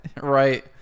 Right